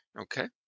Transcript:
Okay